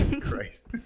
christ